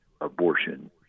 abortion